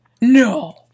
no